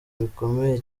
bikomeye